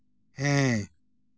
ᱦᱮᱸ